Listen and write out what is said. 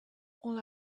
all